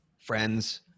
friends